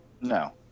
No